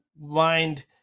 mind